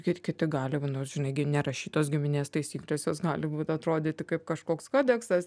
kit kiti gali va nors žinai gi nerašytos giminės taisykles tas gali būt atrodyti kaip kažkoks kodeksas